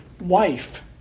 wife